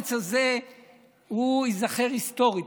והאומץ הזה ייזכר היסטורית.